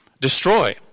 destroy